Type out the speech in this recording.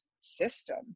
system